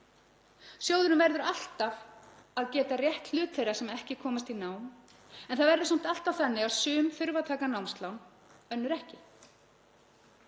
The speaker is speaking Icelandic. Sjóðurinn verður alltaf að geta rétt hlut þeirra sem ekki komast í nám en það verður samt alltaf þannig að sum þurfa að taka námslán og önnur ekki.